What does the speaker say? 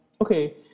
okay